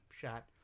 shot